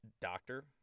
doctor